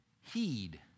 heed